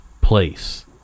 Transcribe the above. place